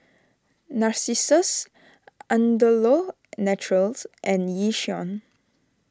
Narcissus Andalou Naturals and Yishion